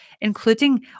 including